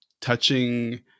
touching